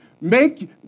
make